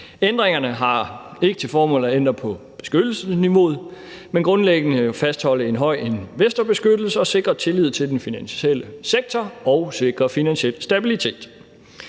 Ændringerne har ikke til formål at ændre på beskyttelsesniveauet, men grundlæggende at fastholde en høj investorbeskyttelse og sikre tillid til den finansielle sektor og sikre finansiel stabilitet.